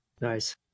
Nice